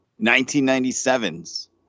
1997's